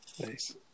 Nice